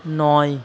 নয়